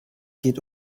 geht